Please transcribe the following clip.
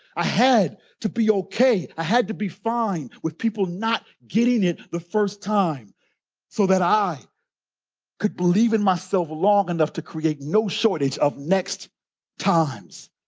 i had to be okay. i had to be fine with people not getting it the first time so that i could believe in myself long enough to create no shortage of next times.